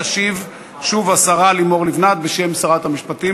תשיב שוב השרה לימור לבנת, בשם שרת המשפטים.